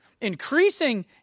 increasing